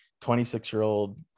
26-year-old